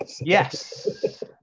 yes